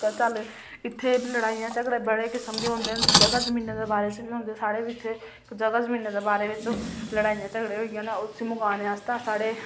ते इत्थें लड़ाइयां झगड़े बड़े किस्म दे होंदे न जगह जमीनें दे निं होंदे सारे इत्थें कुदै जगह जमीनै दे बारै च लड़ाइयां झगड़े होई गे उसी मकाने आस्तै साढ़े